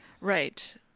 Right